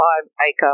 five-acre